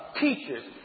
teachers